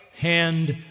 hand